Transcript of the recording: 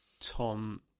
tom